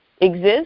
exist